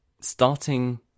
starting